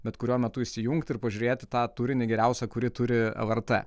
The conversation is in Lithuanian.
bet kuriuo metu įsijungti ir pažiūrėti tą turinį geriausią kurį turi lrt